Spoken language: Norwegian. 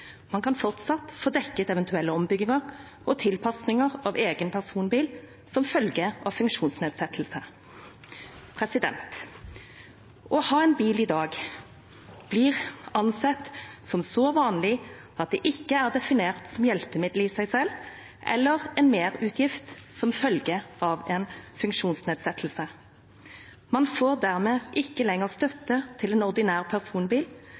Man kan fortsatt få dekket eventuelle ombygginger og tilpasninger av egen personbil som følge av funksjonsnedsettelse. Å ha en bil i dag blir ansett som så vanlig at det ikke er definert som et hjelpemiddel i seg selv, eller som en merutgift som følge av funksjonsnedsettelse. Man får dermed ikke lenger støtte til en ordinær personbil